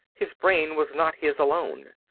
his brain was not his alone.